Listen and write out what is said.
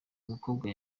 umukobwa